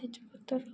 ତେଜପତ୍ର